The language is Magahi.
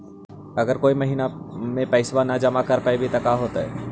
अगर कोई महिना मे पैसबा न जमा कर पईबै त का होतै?